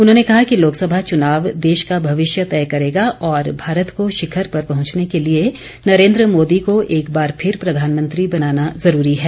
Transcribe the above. उन्होंने कहा कि लोकसभा चुनाव देश का भविष्य तय करेगा और भारत को शिखर पर पहुंचने के लिए नरेन्द्र मोदी को एक बार फिर प्रधानमंत्री बनाना ज़रूरी है